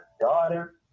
daughter